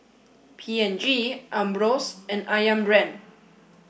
P and G Ambros and Ayam Brand